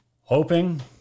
Hoping